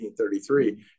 1933